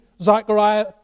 Zechariah